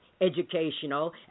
educational